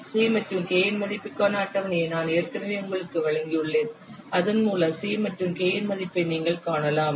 c மற்றும் k இன் மதிப்புக்கான அட்டவணையை நான் ஏற்கனவே உங்களுக்கு வழங்கியுள்ளேன் அதன் மூலம் C மற்றும் k இன் மதிப்பை நீங்கள் காணலாம்